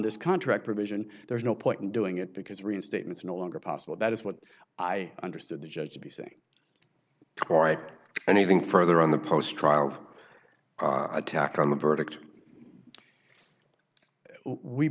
this contract provision there's no point in doing it because reinstatement is no longer possible that is what i understood the judge to be saying quite anything further on the post trial attack on the verdict we